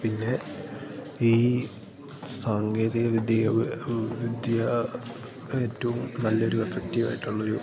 പിന്നെ ഈ സാങ്കേതികവിദ്യേ വിദ്യ ഏറ്റവും നല്ലൊരു എഫക്റ്റീവ് ആയിട്ടുള്ള ഒരു